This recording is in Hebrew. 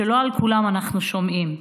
ולא על כולם אנחנו שומעים,